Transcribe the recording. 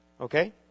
Okay